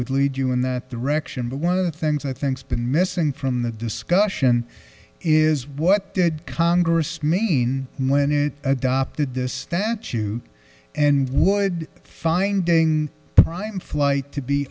would lead you in that direction but one of the things i think's been missing from the discussion is what did congress mean when it adopted this statute and would finding prime flight to be